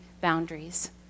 boundaries